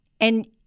And-